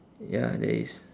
ya there is